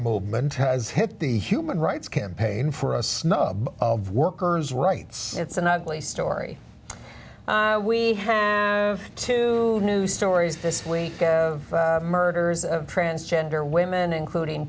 movement has hit the human rights campaign for a snub of workers rights it's an ugly story we have two new stories this week of murders of transgender women including